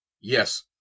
Yes